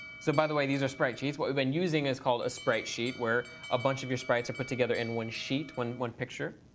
so by the way, these are sprite sheets. what we've been using is called a sprite sheet, where a bunch of your sprites are put together in one sheet, one one picture